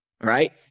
Right